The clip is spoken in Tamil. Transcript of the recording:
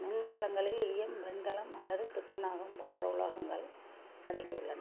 மின்கலங்களில் ஈயம் வெண்கலம் அல்லது துத்தநாகம் போன்ற உலோகங்கள் அடங்கி உள்ளன